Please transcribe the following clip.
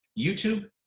YouTube